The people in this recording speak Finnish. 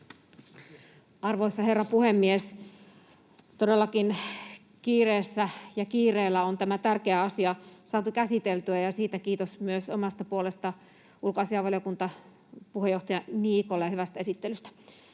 Arvoisa herra puhemies! Todellakin kiireellä on tämä tärkeä asia saatu käsiteltyä, ja kiitos myös omasta puolestani ulkoasiainvaliokunnan puheenjohtaja Niikolle siitä ja hyvästä esittelystä.